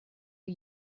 are